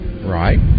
Right